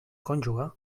cònjuge